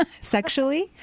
sexually